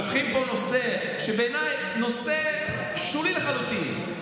לוקחים פה נושא שבעיניי הוא נושא שולי לחלוטין,